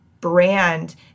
brand